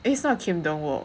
it's not